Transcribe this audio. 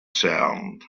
sound